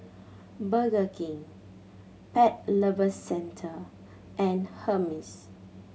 Burger King Pet Lovers Centre and Hermes